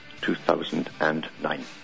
2009